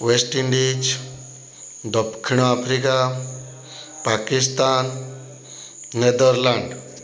West Indies ଦକ୍ଷିଣଆଫ୍ରିକା Pakistan Netherland